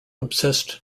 obsessed